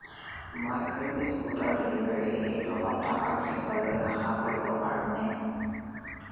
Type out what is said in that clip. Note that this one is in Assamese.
মই ক্ৰীম বিস্কুটৰ ডেলিভাৰী এইটো সপ্তাহৰ শেষলৈ আশা কৰিব পাৰোঁনে